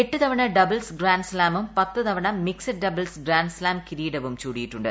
എട്ടു തവണ doubles grand സ്ലാമും പത്ത് തവണ മിക്സഡ് ഗ്രാൻസ് സ്താം കിരീടവും ചൂടിയിട്ടുണ്ട്